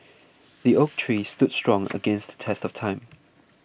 the oak tree stood strong against the test of time